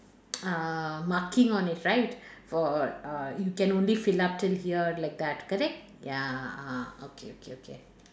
uh marking on it right for uh you can only fill up till here like that correct ya ah okay okay okay